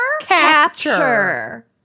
Capture